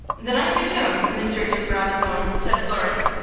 then, i presume, mr. de brabazon, said florence,